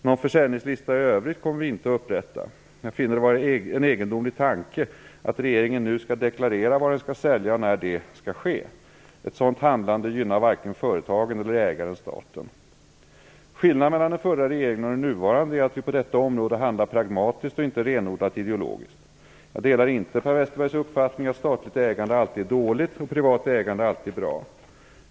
Någon försäljningslista i övrigt kommer vi inte att upprätta. Jag finner det vara en egendomlig tanke att regeringen nu skall deklarera vad den skall sälja och när detta skall ske. Ett sådant handlande gynnar varken företagen eller ägaren, staten. Skillnaden mellan den förra regeringen och den nuvarande är att vi på detta område handlar pragmatiskt och inte renodlat ideologiskt. Jag delar inte Per Westerbergs uppfattning att statligt ägande alltid är dåligt och privat ägande alltid bra.